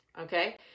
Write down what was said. Okay